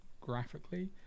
graphically